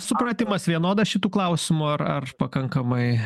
supratimas vienodas šitu klausimu ar ar pakankamai